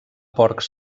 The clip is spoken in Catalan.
porcs